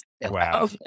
Wow